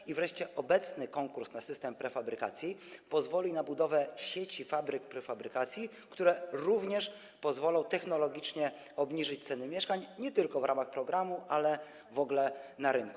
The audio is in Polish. I wreszcie obecny konkurs na system prefabrykacji pozwoli na budowę sieci fabryk prefabrykacji, które również pozwolą technologicznie obniżyć ceny mieszkań nie tylko w ramach programu, ale w ogóle na rynku.